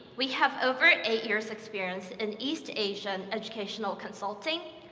we have over eight years experience in east asian educational consulting,